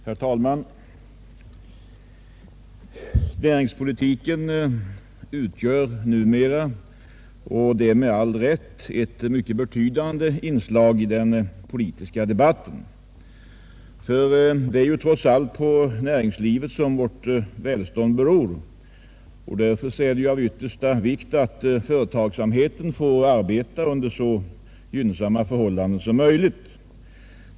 Herr talman! Näringspolitiken utgör numera, och detta med all rätt, ett mycket betydande inslag i den politiska debatten. Det är ju trots allt på näringslivet som vårt välstånd beror. Därför är det av yttersta vikt att företagsamheten får arbeta under så gynnsamma förhållanden som möjligt.